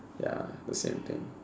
ya the same thing